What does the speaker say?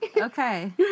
Okay